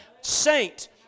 saint